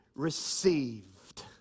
Received